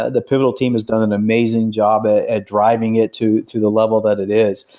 ah the pivotal team has done an amazing job at at driving it to to the level that it is,